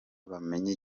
bakame